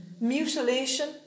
mutilation